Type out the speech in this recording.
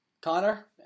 Connor